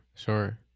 Sure